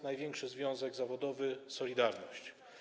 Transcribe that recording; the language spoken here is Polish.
Największy związek zawodowy to „Solidarność”